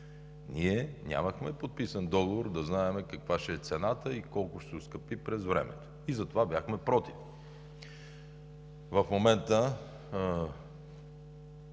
Ние нямахме подписан договор да знаем каква ще е цената и колко ще се оскъпи през времето. Затова бяхме против. В момента